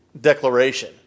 declaration